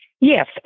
Yes